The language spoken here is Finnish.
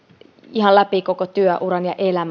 ihan läpi koko työuran ja